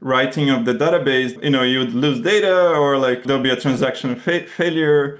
writing of the database, you know you would lose data or like there'll be a transaction failure.